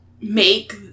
make